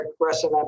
progressive